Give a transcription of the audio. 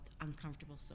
uncomfortable